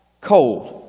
cold